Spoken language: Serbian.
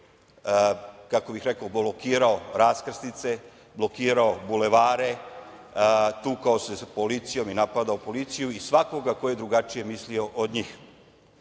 kako bih rekao, blokirao raskrsnice, blokirao bulevare, tukao se sa policijom i napadao policiju i svakoga ko je drugačije mislio od